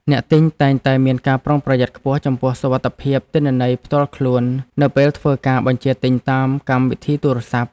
អ្នកទិញតែងតែមានការប្រុងប្រយ័ត្នខ្ពស់ចំពោះសុវត្ថិភាពទិន្នន័យផ្ទាល់ខ្លួននៅពេលធ្វើការបញ្ជាទិញតាមកម្មវិធីទូរស័ព្ទ។